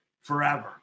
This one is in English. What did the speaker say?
forever